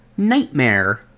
nightmare